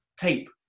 tape